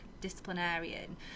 disciplinarian